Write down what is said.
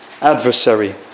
adversary